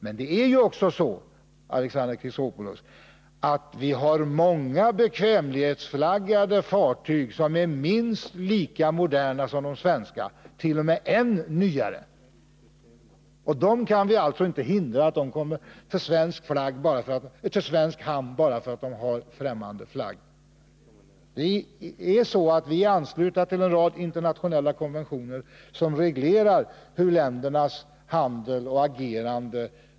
Men det är ju också så, Alexander Chrisopoulos, att många bekvämlighetsflaggade fartyg är minst lika moderna som de svenska, och dem kan vi inte hindra från att komma till svensk hamn bara för att de har främmande flagg. Vi är anslutna till en rad internationella konventioner som reglerar ländernas handel och agerande.